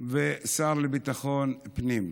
והשר לביטחון הפנים: